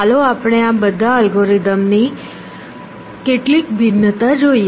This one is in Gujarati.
ચાલો આપણે આ બધા અલ્ગોરિધમ્સની કેટલીક ભિન્નતા જોઈએ